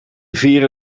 vieren